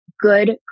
good